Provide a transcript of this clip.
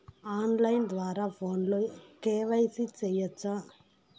on line ద్వారా ఫోనులో KYC సేయొచ్చా